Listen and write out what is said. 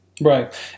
Right